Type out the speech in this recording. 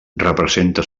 representa